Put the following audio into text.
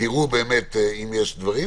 אם יש דברים,